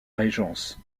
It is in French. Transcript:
régence